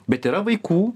bet yra vaikų